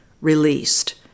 released